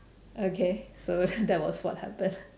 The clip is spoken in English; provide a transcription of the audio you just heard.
okay so that was what happened